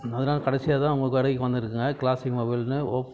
அதனால கடைசியாக தான் உங்கள் கடைக்கு வந்திருக்கேங்க கிளாசிக் மொபைல்னு ஓப்